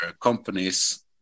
companies